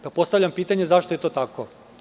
Postavljam pitanje – zašto je to tako?